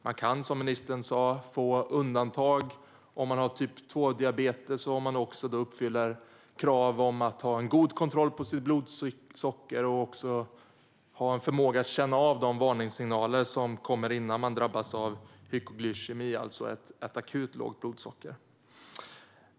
Man kan, som ministern sa, få undantag vid typ 2-diabetes om man uppfyller krav om att ha god kontroll på sitt blodsocker och ha förmåga att känna av de varningssignaler som kommer innan man drabbas av hypoglykemi, det vill säga ett akut lågt blodsocker.